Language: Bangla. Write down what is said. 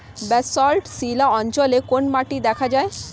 ব্যাসল্ট শিলা অঞ্চলে কোন মাটি দেখা যায়?